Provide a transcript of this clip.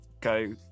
go